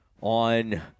on